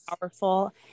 powerful